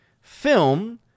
film